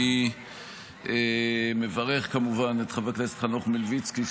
אני מברך כמובן את חבר הכנסת חנוך מלביצקי,